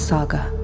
Saga